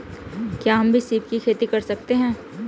क्या हम भी सीप की खेती कर सकते हैं?